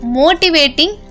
motivating